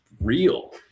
real